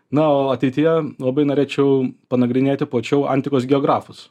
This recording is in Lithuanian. na o ateityje labai norėčiau panagrinėti plačiau antikos geografus